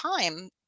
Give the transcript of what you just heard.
time